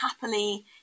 happily